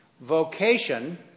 vocation